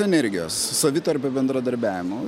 energijos savitarpio bendradarbiavimo